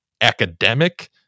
academic